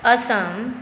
Assam